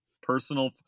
personal